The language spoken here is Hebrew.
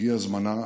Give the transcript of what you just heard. הגיע זמנה.